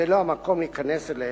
שלא זה המקום להיכנס אליהן,